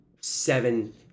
seven